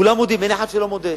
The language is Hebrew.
כולם מודים, אין אחד שלא מודה.